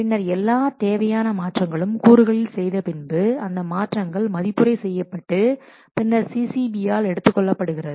பின்னர் எல்லா தேவையான மாற்றங்களும் கூறுகளில் செய்த பின்பு அந்த மாற்றங்கள் மதிப்புரை செய்யப்பட்டு பின்னர்CCB ஆல் எடுத்துக்கொள்ளப்படுகிறது